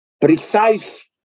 precise